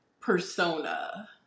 persona